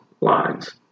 lines